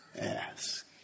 ask